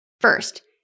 First